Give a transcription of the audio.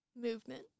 movement